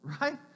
Right